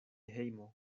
hejmo